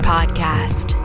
Podcast